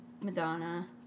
Madonna